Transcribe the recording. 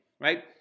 right